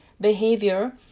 behavior